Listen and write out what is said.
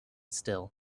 still